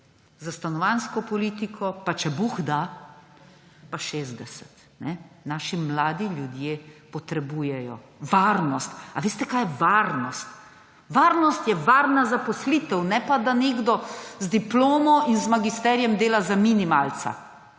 za stanovanjsko politiko – pa če bog da – pa 60. Naši mladi ljudje potrebujejo varnost. Ali veste, kaj je varnost? Varnost je varna zaposlitev, ne pa da nekdo z diplomo in z magisterijem dela za minimalca.